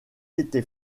été